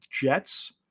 Jets